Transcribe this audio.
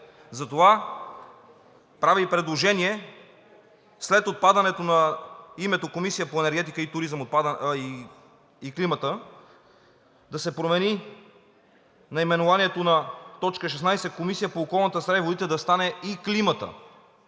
Правя предложение: след отпадане на името на Комисия по енергетика и климата, да се промени наименованието на т. 16 – Комисия по околната среда и водите да включи и климата